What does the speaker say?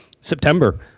September